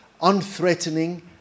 unthreatening